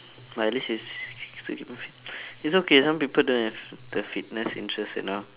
but at least he's it's okay some people don't have the fitness interest and all